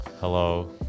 hello